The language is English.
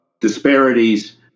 Disparities